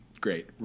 Great